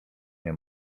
nie